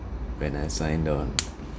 when I signed on